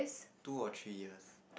two or three years